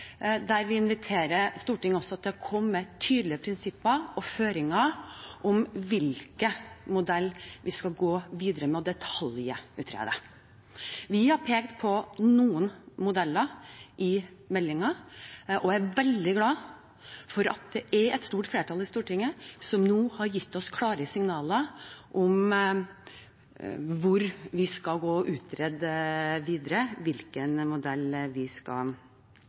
Vi inviterer Stortinget til å komme med tydelige prinsipper og føringer for hvilken modell vi skal gå videre med og utrede i detalj. Vi har i meldingen pekt på noen modeller, og jeg er veldig glad for at et stort flertall i Stortinget nå har gitt oss klare signaler om hva vi skal utrede videre og hvilken modell vi skal